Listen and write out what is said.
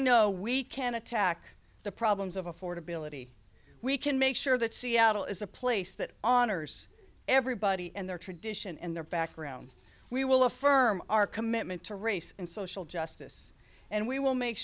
know we can attack the problems of affordability we can make sure that seattle is a place that honors everybody and their tradition and their background we will affirm our commitment to race and social justice and we will make